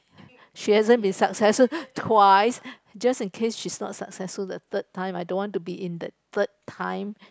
she hasn't been successful twice just in case she's not successful the third time I don't want to be in the third time